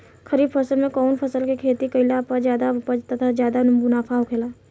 खरीफ़ मौसम में कउन फसल के खेती कइला पर ज्यादा उपज तथा ज्यादा मुनाफा होखेला?